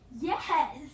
Yes